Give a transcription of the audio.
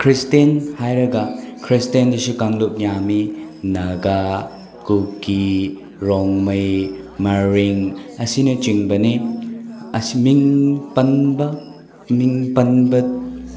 Christian ꯍꯥꯏꯔꯒ ꯈ꯭ꯔꯤꯁꯇꯦꯟꯗꯁꯨ ꯀꯥꯡꯂꯨꯞ ꯌꯥꯝꯃꯤ ꯅꯒꯥ ꯀꯨꯀꯤ ꯔꯣꯡꯃꯩ ꯃꯔꯤꯡ ꯑꯁꯤꯅꯆꯤꯡꯕꯅꯤ ꯑꯁꯤ ꯃꯤꯡ ꯄꯟꯕ ꯃꯤꯡ ꯄꯟꯕ